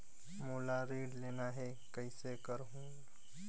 मोला ऋण लेना ह, कइसे करहुँ?